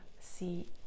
see